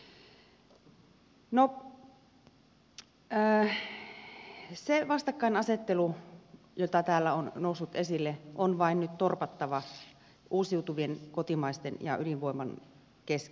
se vastakkainasettelu joka täällä on noussut esille on nyt vain torpattava uusiutuvien kotimaisten ja ydinvoiman kesken